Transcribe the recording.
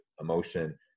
emotion